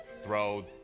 throw